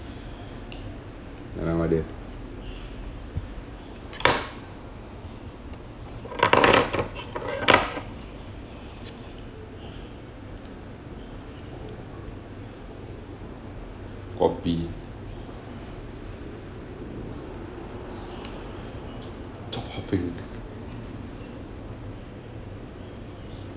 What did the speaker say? ya about there copy job hopping